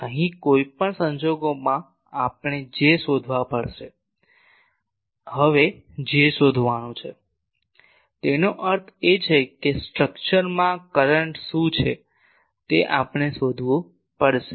કારણ કે અહીં કોઈ પણ સંજોગોમાં આપણે J શોધવા પડશે હવે J શોધવું તેનો અર્થ એ કે આ સ્ટ્રક્ચર માં કરંટ શું છે તે આપણે શોધવું પડશે